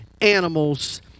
animals